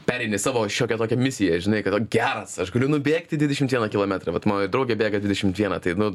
pereini savo šiokią tokią misiją žinai kad o geras aš galiu nubėgti dvidešimt vieną kilometrą vat mano i draugė bėga dvidešimt vieną tai nu